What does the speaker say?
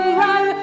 row